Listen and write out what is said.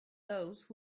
those